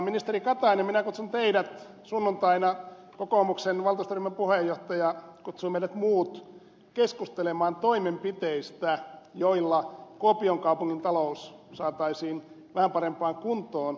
ministeri katainen minä kutsun teidät sunnuntaina kun kokoomuksen valtuustoryhmän puheenjohtaja kutsui meidät muut keskustelemaan toimenpiteistä joilla kuopion kaupungin talous saataisiin vähän parempaan kuntoon